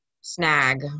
snag